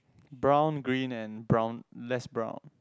brown green and brown less brown